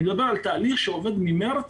אני מדבר על תהליך שעובד ממארס.